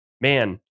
man